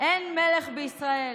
"אין מלך בישראל